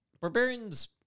Barbarians